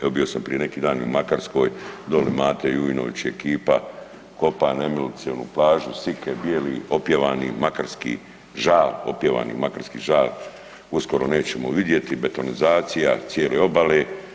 Evo bio sam prije neki dan i u Makarskoj, dole Mate Vujnović i ekipa kopa nemilice onu plažu Sike, bijeli opjevani makarski žal opjevani, makarski žal uskoro nećemo vidjeti, betonizacija cijele obale.